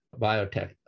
biotech